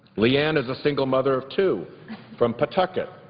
leanne is a single mother of two from pawtucket,